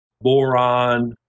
boron